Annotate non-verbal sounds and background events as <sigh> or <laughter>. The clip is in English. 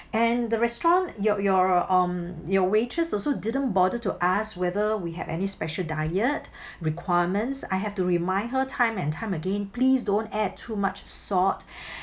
and the restaurant your your um your waitress also didn't bother to ask whether we have any special diet <breath> requirements I had to remind her time and time again please don't add too much salt <breath>